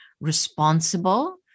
Responsible